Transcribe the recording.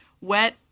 Wet